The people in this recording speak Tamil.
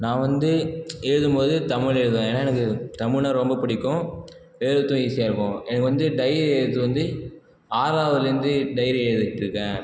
நான் வந்து எழுதும் போது தமிழ் எழுதுவேன் ஏன்னால் எனக்கு தமிழ்னா ரொம்ப பிடிக்கும் எழுதுகிறதுக்கும் ஈசியா இருக்கும் எனக்கு வந்து டைரி எழுதுகிறது வந்து ஆறாவதுலேருந்து டைரி எழுதிட்டுருக்கேன்